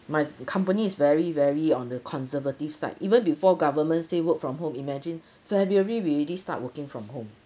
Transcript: my company is very very on the conservative side even before government say work from home imagine february we already start working from home